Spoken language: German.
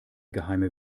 geheime